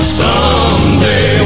someday